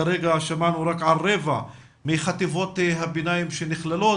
כרגע שמענו רק על רבע מחטיבות הביניים שנכללות,